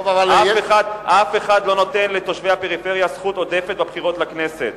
אף אחד לא נותן לתושבי הפריפריה זכות עודפת בבחירות לכנסת,